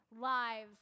lives